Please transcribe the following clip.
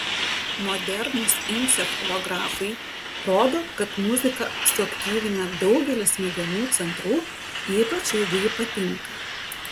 modernūs encefalografai rodo kad muzika suaktyvina daugelį smegenų centrų ypač jeigu ji patinka